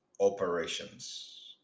operations